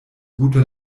guter